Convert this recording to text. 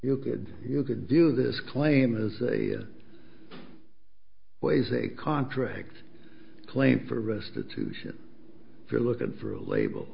you could you could do this claim is a ways a contract claim for restitution if you're looking for a label